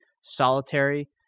solitary